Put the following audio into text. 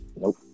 Nope